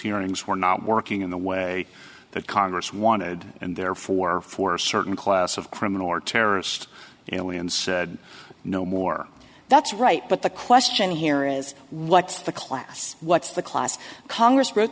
hearings were not working in the way that congress wanted and therefore for a certain class of criminal or terrorist you know and said no more that's right but the question here is what the class what's the class congress wrote